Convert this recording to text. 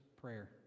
prayer